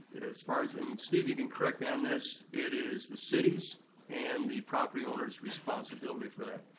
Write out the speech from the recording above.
as far as, and steve, you can correct me on this, it is the city's and the property owner's responsibility for that,